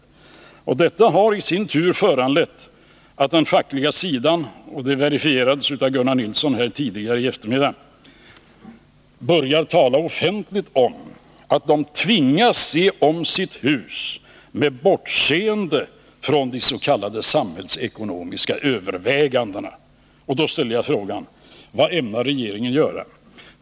Det som skett har i sin tur föranlett att den fackliga sidan redan börjar tala offentligt om — och det har verifierats av Gunnar Nilsson under debatten i eftermiddags — att de tvingas se om sitt hus med bortseende från de s.k. samhällsekonomiska övervägandena. Och då ställer jag frågan: Vad ämnar regeringen göra?